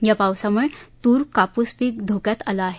या पावसामुळे तूर कापूस पीके धोक्यात आलं आहे